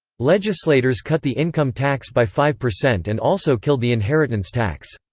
legislators cut the income tax by five percent and also killed the inheritance tax.